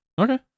Okay